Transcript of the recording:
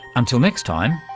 until next time,